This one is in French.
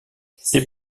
c’est